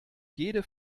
jede